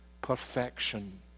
perfection